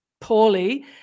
poorly